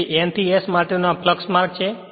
તેથી N થી S માટેનો આ ફ્લક્ષ માર્ગ છે